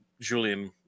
Julian